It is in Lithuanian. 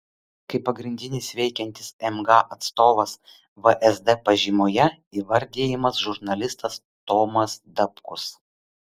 kaip pagrindinis veikiantis mg atstovas vsd pažymoje įvardijamas žurnalistas tomas dapkus